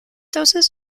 doses